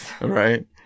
Right